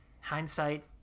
hindsight